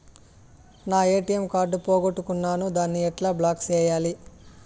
నా ATM card పోగొట్టుకున్నాను, దాన్ని ఎట్లా బ్లాక్ సేయాలి?